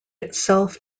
itself